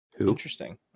Interesting